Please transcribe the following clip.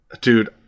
Dude